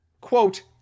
Quote